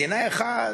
מדינה אחת?